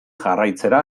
jarraitzera